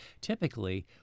typically